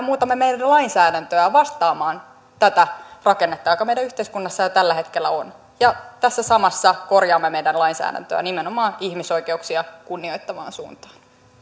muutamme meidän lainsäädäntöämme vastaamaan tätä rakennetta joka meidän yhteiskunnassamme jo tällä hetkellä on ja tässä samalla korjaamme meidän lainsäädäntöämme nimenomaan ihmisoikeuksia kunnioittavaan suuntaan